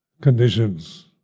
Conditions